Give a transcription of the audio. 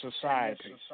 society